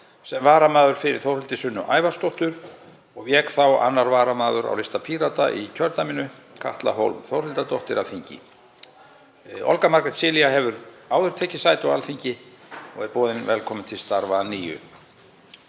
sem varamaður fyrir Þórhildi Sunnu Ævarsdóttur og vék þá 2. varamaður á lista Pírata í kjördæminu, Katla Hólm Þórhildardóttir, af þingi. Olga Margrét Cilia hefur áður tekið sæti á Alþingi og er boðin velkomin til starfa að nýju.